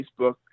Facebook